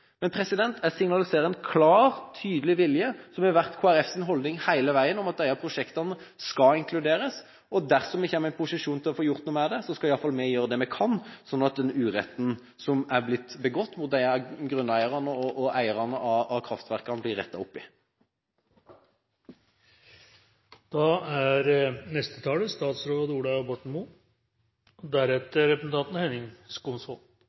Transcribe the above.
Men jeg signaliserer en klar, tydelig vilje – som har vært Kristelig Folkepartis holdning hele veien – om at disse prosjektene skal inkluderes. Og dersom vi kommer i posisjon til å få gjort noe med det, så skal iallfall vi gjøre det vi kan, slik at denne uretten som er blitt begått mot disse grunneierne og eierne av kraftverkene, blir rettet opp